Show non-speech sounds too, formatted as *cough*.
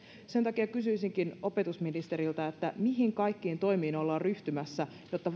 sen takia kysyisinkin opetusministeriltä mihin kaikkiin toimiin ollaan ryhtymässä jotta *unintelligible*